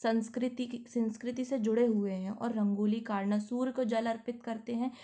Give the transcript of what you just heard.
सांस्कृतिक कि संस्कृति से जुड़े हुए हैं और रंगोली करना सूर्य को जल अर्पित करते हैं